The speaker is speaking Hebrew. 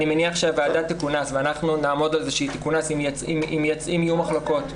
אני מניח שהוועדה תכונס ואנחנו נעמוד על זה שהיא תכונס אם יהיו מחלוקות.